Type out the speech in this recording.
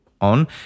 on